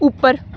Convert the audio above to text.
ਉੱਪਰ